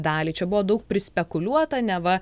dalį čia buvo daug prispekuliuota neva